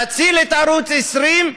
להציל את ערוץ 20,